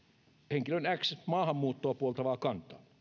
henkilön kymmenen maahanmuuttoa puoltavaa kantaa